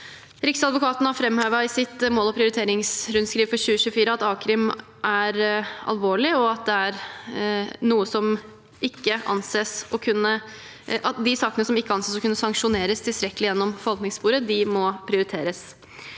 Riksadvokaten har i sitt mål- og prioriteringsrundskriv for 2024 framhevet at a-krim som er alvorlig, og de sakene som ikke anses å kunne sanksjoneres tilstrekkelig gjennom forvaltningssporet, må prioriteres.